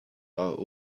are